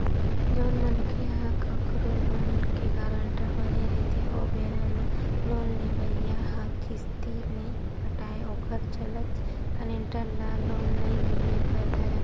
जउन मनखे ह कखरो लोन के गारंटर बने रहिथे ओ बेरा म लोन लेवइया ह किस्ती नइ पटाय ओखर चलत गारेंटर ल लोन नइ मिले बर धरय